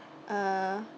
uh